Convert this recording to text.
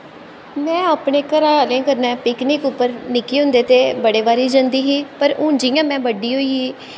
में अपने घरै आह्लें कन्नै पिकनिक उप्पर निक्के होंदे ते बड़े बारी जंदी ही पर हून जियां में बड्डी होई गेई